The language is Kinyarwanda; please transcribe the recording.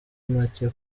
macye